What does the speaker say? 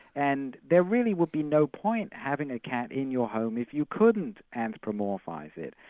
and there really would be no point having a cat in your home if you couldn't anthropomorphise it.